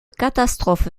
catastrophe